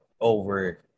over